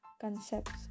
concepts